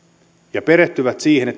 ja perehtyvät siihen